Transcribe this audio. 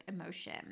emotion